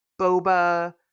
boba